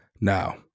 Now